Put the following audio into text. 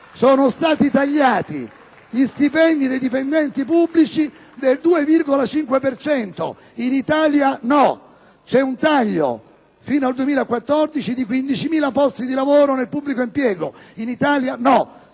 sono stati tagliati gli stipendi dei dipendenti pubblici del 2,5 per cento; in Italia, no. Si tagliano fino al 2014 15.000 posti di lavoro nel pubblico impiego; in Italia, no.